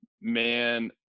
man